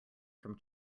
from